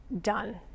done